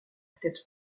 tête